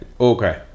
Okay